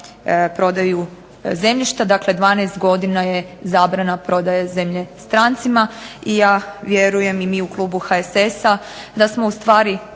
prodaju zemljišta, dakle 12 godina je zabrana prodaje zemlje strancima. I ja vjerujem i mi u klubu HSS-a da smo ustvari